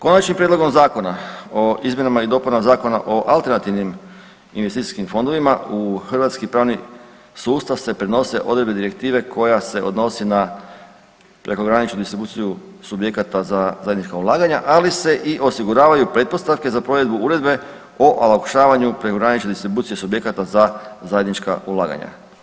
Konačnim prijedlogom Zakona o izmjenama i dopunama Zakona o alternativnim investicijskim fondovima u hrvatski pravni sustav se prenose odredbe direktive koja se odnosi na prekograničnu distribuciju subjekata za zajednička ulaganja, ali se i osiguravaju pretpostavke za provedbu uredbe o olakšavanju prekogranične distribucije subjekata za zajednička ulaganja.